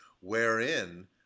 wherein